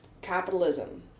capitalism